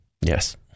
yes